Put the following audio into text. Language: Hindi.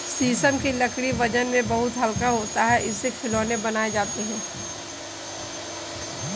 शीशम की लकड़ी वजन में बहुत हल्का होता है इससे खिलौने बनाये जाते है